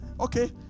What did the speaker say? okay